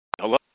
hello